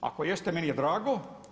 Ako jeste meni je drago.